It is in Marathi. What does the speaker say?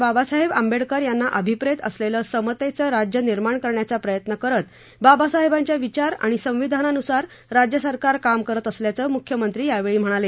बाबासाहेब आंबेडकर यांना अभिप्रेत असलेलं समतेचं राज्य निर्माण करण्याचा प्रयत्न करत बाबासाहेबांच्या विचार आणि संविधानानुसार राज्य सरकार काम करत असल्याचं मुख्यमंत्री यावेळी म्हणाले